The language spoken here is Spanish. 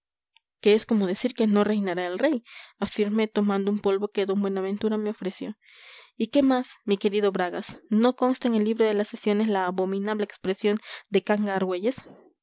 que es como decir que no reinará el rey afirmé tomando un polvo que d buenaventura me ofreció y qué más mi querido bragas no consta en el libro de las sesiones la abominable expresión de canga